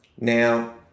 Now